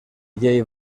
llei